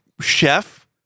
chef